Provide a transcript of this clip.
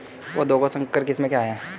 पौधों की संकर किस्में क्या क्या हैं?